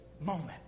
moment